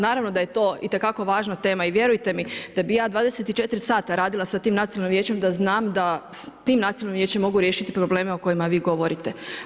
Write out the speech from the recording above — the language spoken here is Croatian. Naravno da je to itekako važna tema i vjerujte mi da bi ja 24 sata radila sa tim Nacionalnim vijećem da znam da s tim Nacionalnim vijećem mogu riješiti probleme o kojima vi govorite.